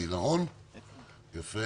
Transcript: אני רוצה